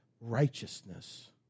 righteousness